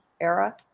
era